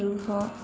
ରୁହ